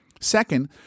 Second